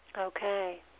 Okay